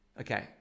okay